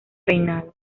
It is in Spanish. reinado